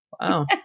Wow